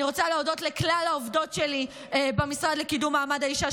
אני רוצה להודות לכלל העובדות שלי במשרד לקידום מעמד האישה,